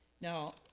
Now